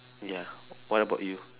ya what about you